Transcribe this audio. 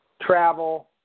travel